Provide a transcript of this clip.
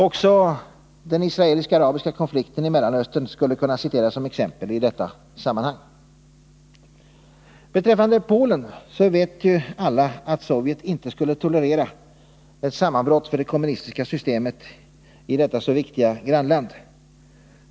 Också den israelisk-arabiska konflikten i Mellanöstern skulle kunna anföras som exempel i detta sammanhang. Beträffande Polen vet alla att Sovjet inte skulle tolerera ett sammanbrott för det kommunistiska systemet i detta så viktiga grannland.